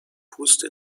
پوست